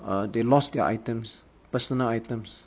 uh they lost their items personal items